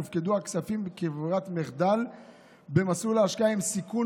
יופקדו הכספים כברירת המחדל במסלול ההשקעה עם סיכון